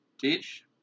Teach